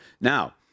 Now